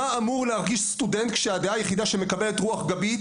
מה אמור להרגיש סטודנט שהדעה היחידה שמקבלת רוח גבית,